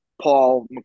paul